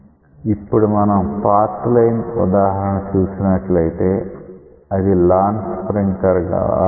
ఇప్పుడు మనం path line ఉదాహరణ చూసినట్లయితే అది లాన్ స్ప్రింక్లర్ లా ఉన్నది